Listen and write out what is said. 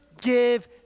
give